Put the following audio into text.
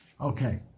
Okay